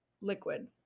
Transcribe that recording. liquid